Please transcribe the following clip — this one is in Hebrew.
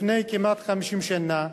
לפני כמעט 50 שנה,